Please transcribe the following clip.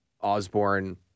Osborne